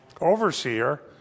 overseer